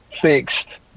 fixed